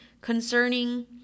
concerning